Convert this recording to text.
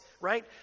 right